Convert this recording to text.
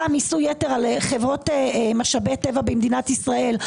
מיסוי יתר על חברות משאבי טבע במדינת ישראל,